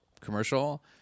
commercial